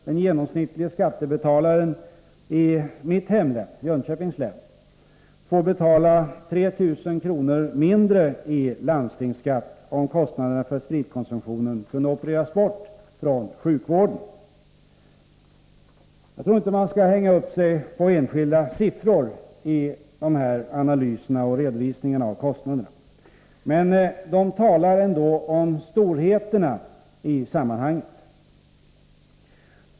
Den genomsnittlige skattebetalaren skulle exempelvis i mitt hemlän, Jönköpings län, få betala 3 000 kr. mindre i landstingsskatt om kostnaderna för spritkonsumtionen kunde opereras bort från sjukvården. Jag tror inte att man skall hänga upp sig på enskilda siffror i dessa analyser och redovisningar av kostnaderna, men de talar ändå om storheterna i sammanhanget.